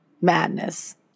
madness